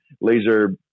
laser